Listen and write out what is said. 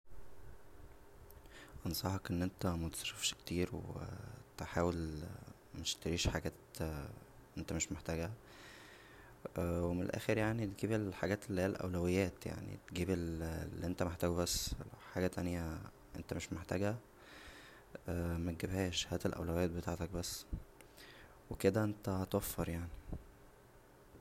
انصحك ان انت متصرفش كتير و تحاول متشتريش حاجات انت مش محتاجها و من الاخر يعنى تجيب الحاجات اللى هى الاولويات يعنى تجيب اللى انت محتاجه بس لو حاجه تانيه انت مش محتاجها متجبهاش هات الاولويات بتاعتك بس و كدا انت هتوفر يعنى